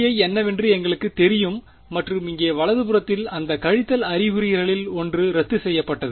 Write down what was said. Eiஎன்னவென்று எங்களுக்குத் தெரியும் மற்றும் இங்கே வலது புறத்தில் அந்த கழித்தல் அறிகுறிகளில் ஒன்று ரத்து செய்யப்பட்டது